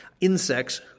insects